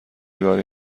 گاری